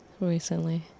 recently